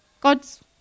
God's